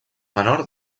menor